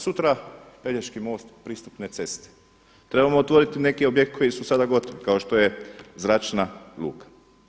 Sutra Pelješki most, pristupne ceste, trebamo otvoriti neki objekte koji su sada objekti kao što je zračna luka.